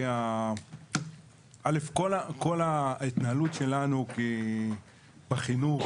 אל"ף כל ההתנהלות שלנו בחינוך,